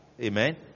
Amen